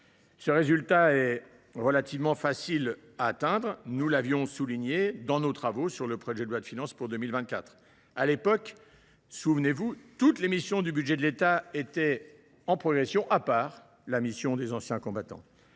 tel résultat est relativement facile à atteindre, nous l’avions souligné dans nos travaux sur le projet de loi de finances pour 2024 : à l’époque, souvenez vous, toutes les missions du budget de l’État étaient en progression, à part la mission « Anciens combattants,